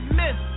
miss